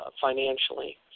financially